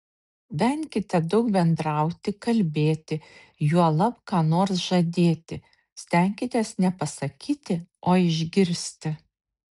venkite daug bendrauti kalbėti juolab ką nors žadėti stenkitės ne pasakyti o išgirsti